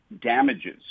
damages